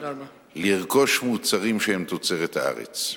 לרכוש מוצרים שהם תוצרת הארץ.